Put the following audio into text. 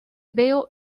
veo